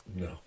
No